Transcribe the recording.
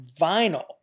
vinyl